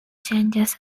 changes